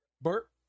Bert